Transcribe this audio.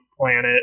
planet